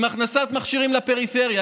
בהכנסת מכשירים לפריפריה,